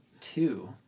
two